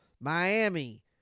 Miami